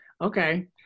okay